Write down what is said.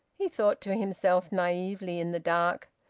he thought to himself naively in the dark,